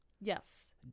Yes